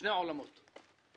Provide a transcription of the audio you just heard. שני עולמות שונים.